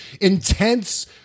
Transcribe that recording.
intense